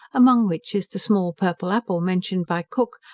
among which is the small purple apple mentioned by cook,